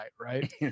right